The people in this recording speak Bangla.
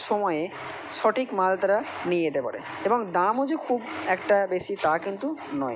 সময়ে সঠিক মাল তারা নিয়ে যেতে পারে এবং দামও যে খুব একটা বেশি তা কিন্তু নয়